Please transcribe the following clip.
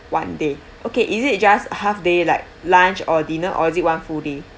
one day okay is it just half day like lunch or dinner or is it one full day